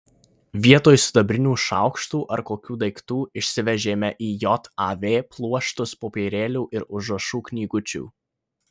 vietoj sidabrinių šaukštų ar kokių daiktų išsivežėme į jav pluoštus popierėlių ir užrašų knygučių